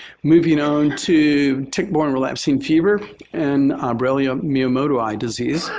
moving on to tick-borne relapsing fever and borrelia miyamotoi disease,